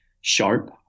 sharp